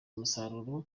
umusaruro